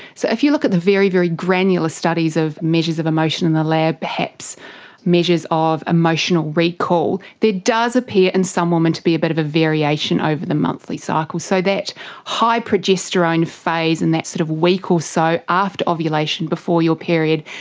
so if you look at the very, very granular studies of measures of emotion in the lab, perhaps measures of emotional recall, there does appear in some women to be a bit of a variation over the monthly cycle. so that high progesterone phase in that sort of week or so after ovulation before your period,